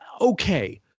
okay